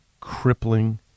crippling